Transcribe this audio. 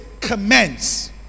commence